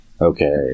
Okay